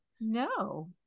no